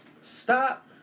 stop